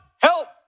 help